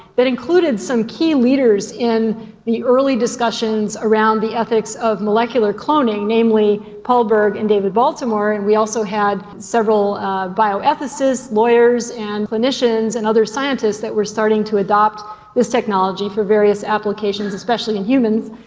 that included some key leaders in the early discussions around the ethics of molecular cloning, namely paul berg and david baltimore, and we also had several bioethicists, lawyers and clinicians and other scientists that were starting to adopt this technology for various applications, especially in humans.